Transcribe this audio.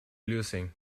losing